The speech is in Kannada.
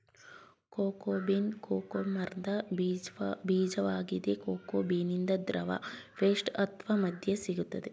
ಕೋಕೋ ಬೀನ್ ಕೋಕೋ ಮರ್ದ ಬೀಜ್ವಾಗಿದೆ ಕೋಕೋ ಬೀನಿಂದ ದ್ರವ ಪೇಸ್ಟ್ ಅತ್ವ ಮದ್ಯ ಸಿಗ್ತದೆ